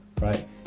right